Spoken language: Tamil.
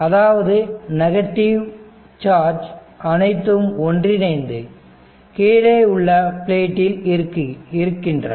அதாவது நெகட்டிவ் சார்ஜ் அனைத்தும் ஒன்றிணைந்து கீழே உள்ள பிளேட்டில் இருக்கின்றன